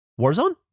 Warzone